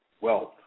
wealth